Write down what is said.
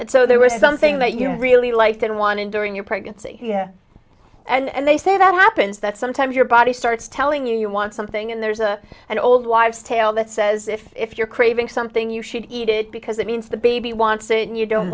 deli so there was something that you really liked and wanted during your pregnancy and they say that happens that sometimes your body starts telling you you want something and there's a an old wives tale that says if you're craving something you should eat it because it means the baby wants it and you don't